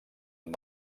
amb